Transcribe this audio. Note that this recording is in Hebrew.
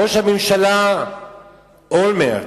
ראש הממשלה אולמרט,